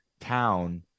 town